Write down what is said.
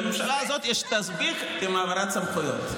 לממשלה הזאת יש תסביך עם העברת סמכויות.